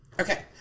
Okay